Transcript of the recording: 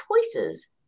choices